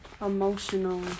emotional